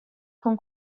con